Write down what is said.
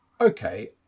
Okay